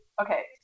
okay